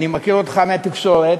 אני מכיר אותך מהתקשורת,